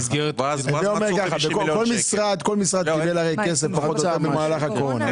כל משרד קיבל כסף פחות או יותר במהלך הקורונה,